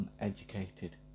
uneducated